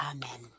Amen